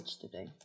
today